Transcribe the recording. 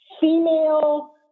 female